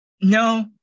No